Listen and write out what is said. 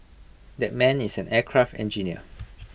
that man is an aircraft engineer